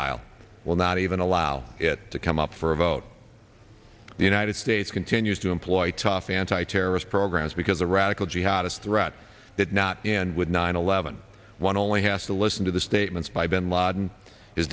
aisle will not even allow it to come up for a vote the united states continues to employ tough anti terrorist programs because the radical jihadist threat that not and with nine eleven one only has to listen to the statements by bin laden is